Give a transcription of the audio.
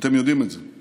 אתם יודעים את זה.